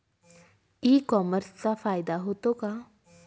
E कॉमर्सचा फायदा होतो का?